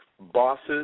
bosses